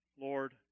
Lord